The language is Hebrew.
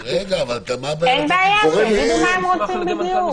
אין בעיה, שיגידו מה הם רוצים בדיוק.